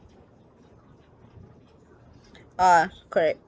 ah correct